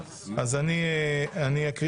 למה אתה לוקח את זה אך ורק לוועדת חוץ וביטחון?